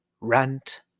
Rant